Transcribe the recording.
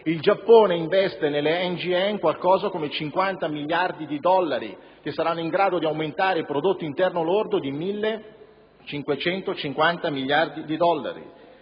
*generation* *network*) qualcosa come 50 miliardi dollari, che saranno in grado di aumentare il prodotto interno lordo di 1.550 miliardi di dollari.